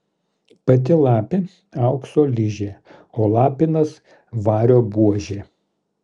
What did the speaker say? pati lapė aukso ližė o lapinas vario buožė